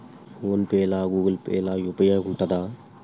Phone pay లా Google Pay లా UPI ఉంటదా?